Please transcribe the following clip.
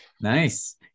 Nice